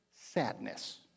Sadness